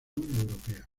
europea